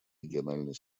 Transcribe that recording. региональной